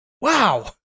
Wow